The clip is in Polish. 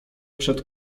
przed